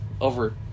Over